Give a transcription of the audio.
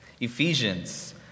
Ephesians